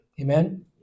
Amen